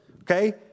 Okay